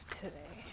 today